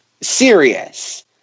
Serious